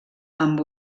amb